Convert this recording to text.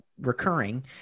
recurring